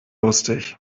lustig